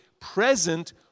present